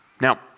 Now